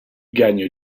gagne